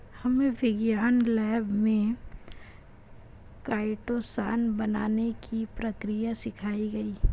हमे विज्ञान लैब में काइटोसान बनाने की प्रक्रिया सिखाई गई